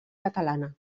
catalana